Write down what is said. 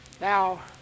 Now